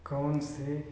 कौन से